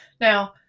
Now